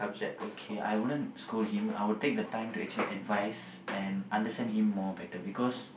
okay I wouldn't scold him I would take the time to actually advise and understand him more better